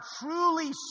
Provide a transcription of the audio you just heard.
truly